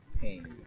pain